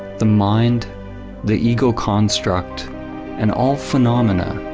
the mind the ego construct and all phenomena,